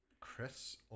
Chris